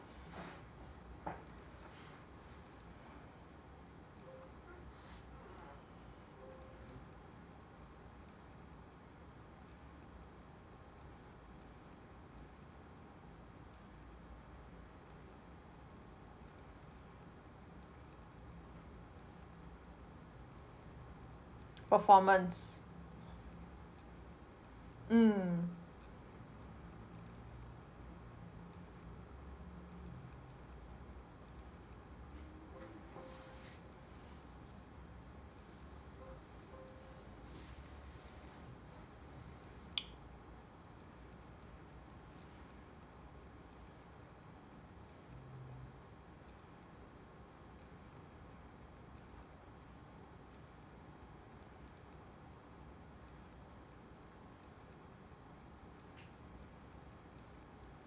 performance mm